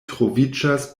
troviĝas